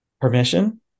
permission